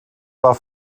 war